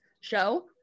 show